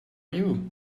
you